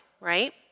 right